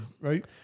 right